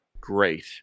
great